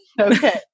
Okay